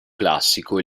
classico